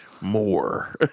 More